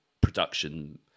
production